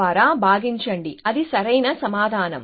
ద్వారా భాగించండి అది సరైన సమాధానం